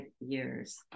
years